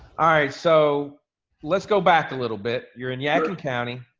ah right, so let's go back a little bit. you're in yadkin county,